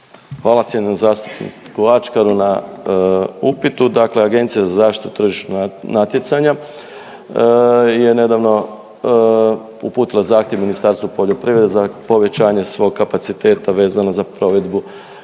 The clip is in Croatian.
Hvala cijenjeni … Ačkaru na upitu. Dakle, Agencije za zaštitu tržišnog natjecanja je nedavno uputila zahtjev Ministarstvu poljoprivrede za povećanje svog kapaciteta vezano za provedbu